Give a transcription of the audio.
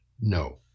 No